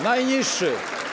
Najniższy.